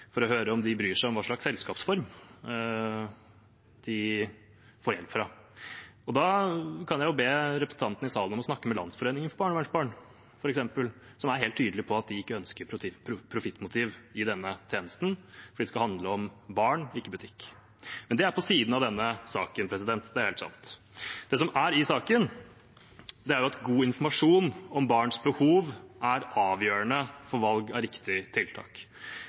for å høre om de bryr seg om hva slags selskapsform de får hjelp fra. Da kan jeg be representantene i salen om å snakke med Landsforeningen for barnevernsbarn, f.eks., som er helt tydelig på at de ikke ønsker profittmotiv i denne tjenesten, for det skal handle om barn, ikke butikk. Men det er på siden av denne saken – det er helt sant. Det som er i saken, er at god informasjon om barns behov er avgjørende for valg av riktig tiltak.